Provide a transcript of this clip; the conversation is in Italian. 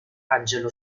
angelo